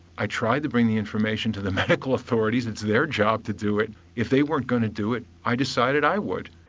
i tried to bring the information to the medical authorities and it's their job to do it, if they weren't going to do it, i decided i would.